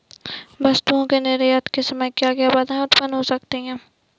वस्तुओं के निर्यात के समय क्या क्या बाधाएं उत्पन्न हो सकती हैं?